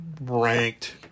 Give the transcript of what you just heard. ranked